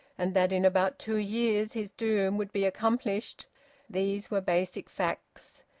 and that in about two years his doom would be accomplished these were basic facts,